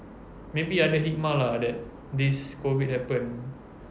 maybe ada hikmah lah that this COVID happened